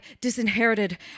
disinherited